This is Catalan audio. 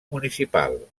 municipal